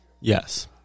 Yes